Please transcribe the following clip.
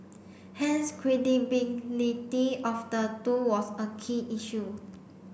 hence credibility of the two was a key issue